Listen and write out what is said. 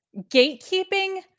Gatekeeping